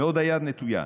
ועוד היד נטויה.